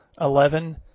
eleven